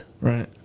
Right